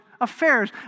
affairs